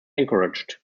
encouraged